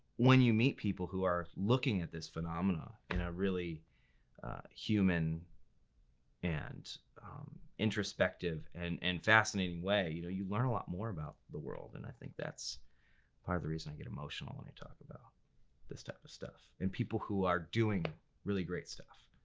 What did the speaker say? when you meet poeple who are looking at this phenomena in a really human and introspective and and fascinating way, you know you learn a lot more about the world, and i think that's part of the reason i get emotional when i talk about this type of stuff. and people who are doing really great stuff.